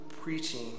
preaching